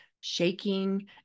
shaking